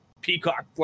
peacock